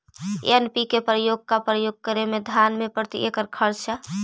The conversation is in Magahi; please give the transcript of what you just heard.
एन.पी.के का प्रयोग करे मे धान मे प्रती एकड़ खर्चा?